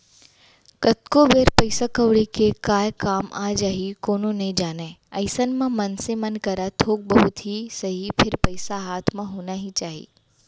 कतको बेर पइसा कउड़ी के काय काम आ जाही कोनो नइ जानय अइसन म मनसे मन करा थोक बहुत ही सही फेर पइसा हाथ म होना ही चाही